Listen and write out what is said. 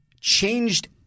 changed